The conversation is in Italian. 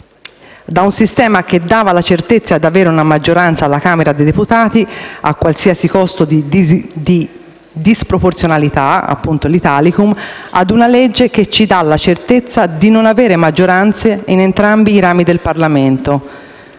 da un sistema che dava la certezza di avere una maggioranza alla Camera dei deputati, a qualsiasi costo di disproporzionalità (l'Italicum), a una legge che ci dà la certezza di non avere maggioranze in entrambi i rami del Parlamento.